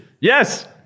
Yes